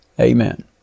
Amen